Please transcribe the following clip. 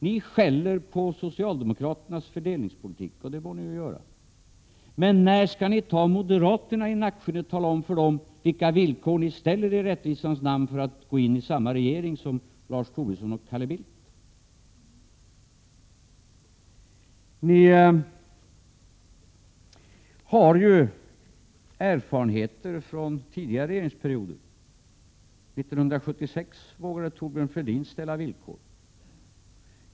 Ni skäller på socialdemokraternas fördelningspolitik, och det må ni göra, men när skall ni ta moderaterna i nackskinnet och tala om för dem vilka villkor ni i rättvisans namn ställer för att gå in i samma regering som Lars Tobisson och Carl Bildt? Ni har ju erfarenheter från tidigare regeringsperioder. År 1976 vågade Thorbjörn Fälldin ställa villkor.